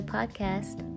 Podcast